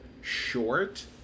short